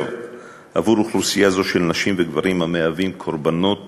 עבור אוכלוסייה זו של נשים וגברים המהווים קורבנות